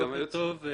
בוקר טוב.